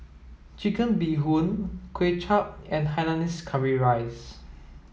chicken bee hoon Kway Chap and Hainanese curry rice